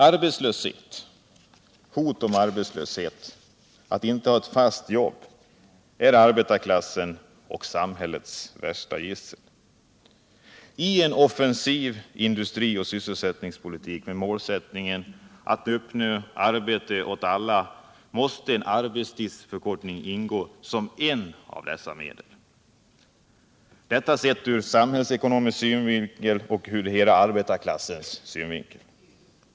Arbetslöshet, hot om arbetslöshet och avsaknaden av ett fast jobb är arbetarklassens och samhällets värsta gissel. I en offensiv industrioch sysselsättningspolitik med målsättningen att uppnå arbete åt alla måste en arbetstidsförkortning ingå som ett av dessa medel; detta sett ur samhällsekonomisk synvinkel och ur hela arbetarklassens synvinkel.